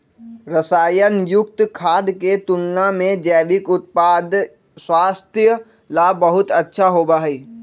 रसायन युक्त खाद्य के तुलना में जैविक उत्पाद स्वास्थ्य ला बहुत अच्छा होबा हई